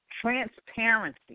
transparency